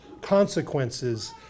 consequences